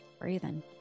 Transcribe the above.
breathing